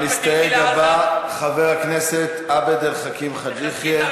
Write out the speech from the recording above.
המסתייג הבא, חבר הכנסת עבד אל חכים חאג' יחיא.